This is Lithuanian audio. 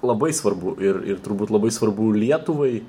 labai svarbu ir ir turbūt labai svarbu lietuvai